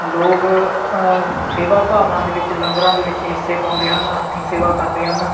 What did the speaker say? ਲੋਕ ਸੇਵਾ ਭਾਵਨਾ ਦੇ ਵਿੱਚ ਲੰਗਰਾਂ ਦੇ ਵਿੱਚ ਹਿੱਸੇ ਪਾਉਂਦੇ ਹਨ ਹੱਥੀਂ ਸੇਵਾ ਕਰਦੇ ਹਨ